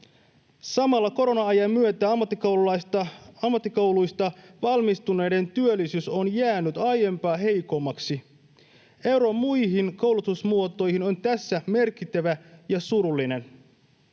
Samalla korona-ajan myötä ammattikouluista valmistuneiden työllisyys on jäänyt aiempaa heikommaksi. Ero muihin koulutusmuotoihin on tässä merkittävä ja surullinen.